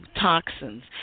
toxins